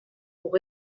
pour